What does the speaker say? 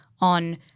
on